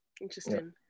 interesting